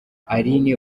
aline